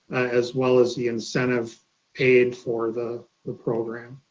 as well as the incentive paid for the the program.